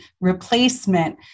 replacement